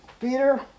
Peter